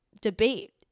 debate